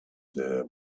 there